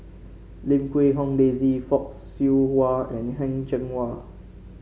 Lim Quee Hong Daisy Fock Siew Wah and the Heng Cheng Hwa